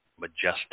majestic